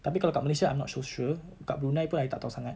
tapi kalau dekat malaysia I'm not so sure dekat brunei pun I tak tahu sangat